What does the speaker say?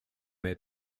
their